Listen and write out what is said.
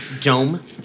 dome